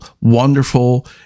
wonderful